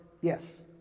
yes